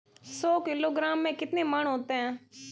सौ किलोग्राम में कितने मण होते हैं?